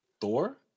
Thor